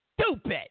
stupid